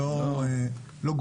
אנחנו לא מתיימרים,